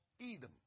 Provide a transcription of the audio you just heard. Edom